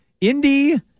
Indy